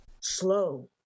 slow